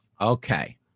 Okay